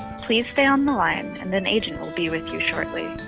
please stay on the line and an agent be with you shortly.